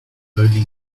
holy